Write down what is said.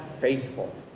faithful